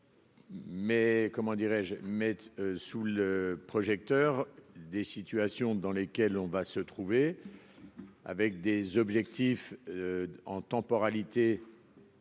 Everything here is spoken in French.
Mais comment dirais-je, mettent sous le projecteur des situations dans lesquelles on va se trouver avec des objectifs en temporalité.